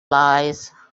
lies